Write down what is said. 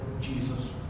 Jesus